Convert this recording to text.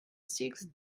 sixth